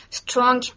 strong